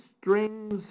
strings